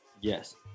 Yes